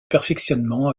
perfectionnement